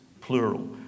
plural